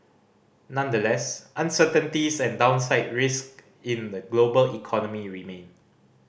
nonetheless uncertainties and downside risk in the global economy remain